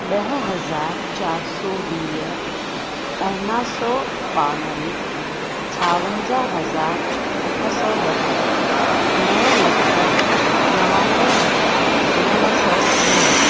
ॾह हज़ार चार सौ वीह अरिड़हं सौ ॿानवें छावनजांहु हज़ार अठ सौ ॾह नव लख नवानवें हज़ार नव सौ नव